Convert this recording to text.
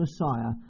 Messiah